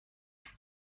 گوشت